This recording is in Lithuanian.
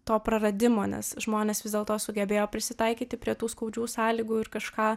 to praradimo nes žmonės vis dėlto sugebėjo prisitaikyti prie tų skaudžių sąlygų ir kažką